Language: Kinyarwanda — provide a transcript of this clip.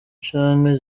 canke